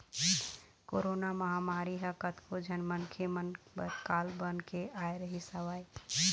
corona महामारी ह कतको झन मनखे मन बर काल बन के आय रिहिस हवय